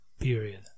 period